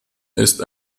ist